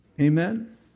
Amen